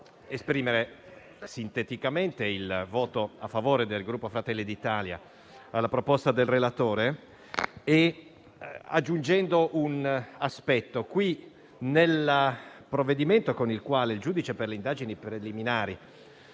esprimere sinteticamente il voto a favore del Gruppo Fratelli d'Italia sulla proposta del relatore, aggiungendo un aspetto. Nel provvedimento con il quale il giudice per le indagini preliminari